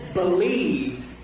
believed